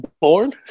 born